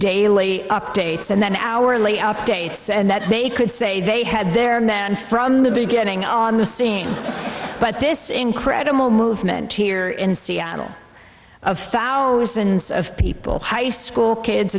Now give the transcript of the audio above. daily updates and then hourly updates and that they could say they had their men from the beginning on the scene but this incredible movement here in seattle of thousands of people high school kids